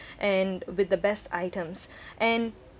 and with the best items and